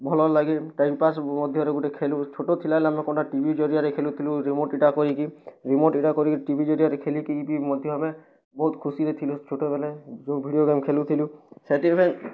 ଭଲ୍ ଲାଗେ time pass ମଧ୍ୟରେ ଗୁଟେ ଖେଲୁ ଛୋଟ ଥିଲାବେଲେ ଆମେ କ'ଣ ଟା ଟିଭି ଜରିଆରେ ଖେଲୁ ଥିଲୁ ରିମୋଟ୍ଟା କରିକି ରିମୋଟ୍ଟା କରିକି ଟିଭି ଜରିଆରେ ଖେଲି କିରି ବି ମଧ୍ୟ ଆମେ ବହୁତ ଖୁସିରେ ଥିଲୁ ଛୋଟ୍ ବେଲେ ଯେଉଁ ଭିଡ଼ିଓ ଗେମ୍ ଖେଲୁଥିଲୁ ସେଥିପାଇଁ